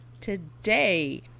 today